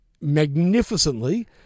magnificently